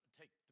take